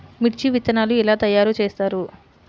మిర్చి విత్తనాలు ఎలా తయారు చేస్తారు?